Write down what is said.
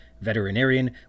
veterinarian